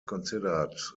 considered